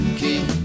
key